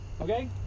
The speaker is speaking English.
Okay